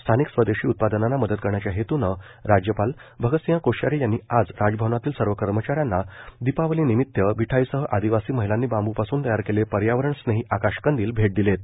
स्थानिक स्वदेशी उत्पादनांना मदत करण्याच्या हेतूनं राज्यपाल भगतसिंह कोश्यारी यांनी आज राजभवनातील सर्व कर्मचाऱ्यांना दीपावली निमित्त मिठाईसह आदिवासी महिलांनी बांबूपासून तयार केलेले पर्यावरण स्नेही आकाश कंदील भेट दिलेत